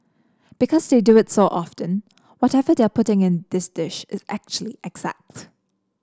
because they do it so often whatever they are putting in this dish is actually exact